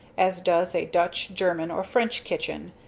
as does a dutch, german or french kitchen,